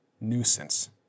nuisance